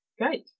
Great